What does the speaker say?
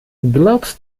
glaubst